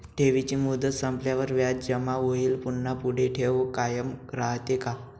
ठेवीची मुदत संपल्यावर व्याज जमा होऊन पुन्हा पुढे ठेव कायम राहते का?